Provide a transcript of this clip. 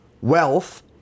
wealth